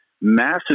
massive